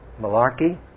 malarkey